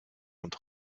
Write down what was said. und